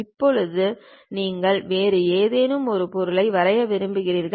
இப்போது நீங்கள் வேறு ஏதேனும் ஒரு பொருளை வரைய விரும்புகிறீர்கள்